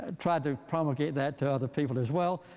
tried to promulgate that to other people as well.